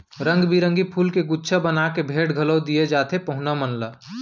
रंग बिरंगी फूल के गुच्छा बना के भेंट घलौ दिये जाथे पहुना मन ला